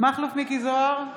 מכלוף מיקי זוהר,